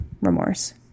remorse